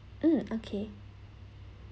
mm okay